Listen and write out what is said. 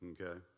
okay